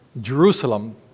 Jerusalem